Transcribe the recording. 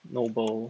noble